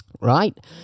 right